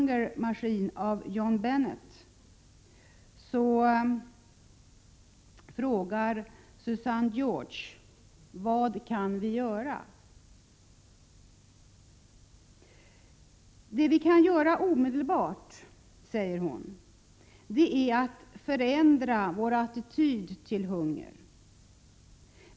George: Vad kan vi göra? ”Det vi kan göra omedelbart”, säger hon, ”är att förändra vår attityd till hunger.